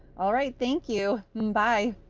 alright, thank you! bye.